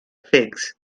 figs